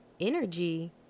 energy